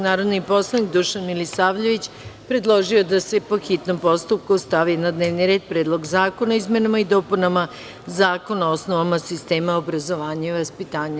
Narodni poslanik Dušan Milisavljević predložio je da se, po hitnom postupku, stavi na dnevni red Predlog zakona o izmenama i dopunama Zakona o osnovama sistema obrazovanja i vaspitanja.